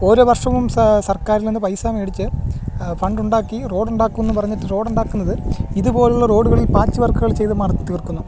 ഓരോ വർഷവും സർക്കാരിൽ നിന്ന് പൈസ മേടിച്ച് ഫണ്ടുണ്ടാക്കി റോഡുണ്ടാക്കുമെന്ന് പറഞ്ഞിട്ട് റോഡുണ്ടാക്കുന്നത് ഇതുപോലുള്ള റോഡുകളിൽ പാച്ച് വർക്കുകൾ ചെയ്ത് മറ തീർക്കുന്നു